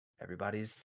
everybody's